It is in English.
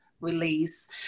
release